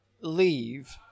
leave